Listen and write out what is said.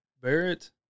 Barrett